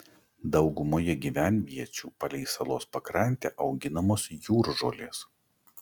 daugumoje gyvenviečių palei salos pakrantę auginamos jūržolės